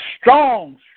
strong